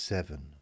Seven